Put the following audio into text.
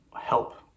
help